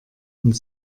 und